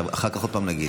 אחר כך עוד פעם נגיד.